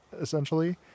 Essentially